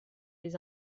les